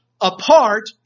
apart